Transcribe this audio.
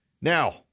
Now